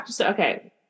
Okay